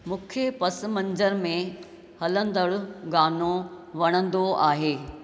मूंखे पसमंज़रु में हलंदड़ु गानो वणंदो आहे